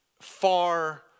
far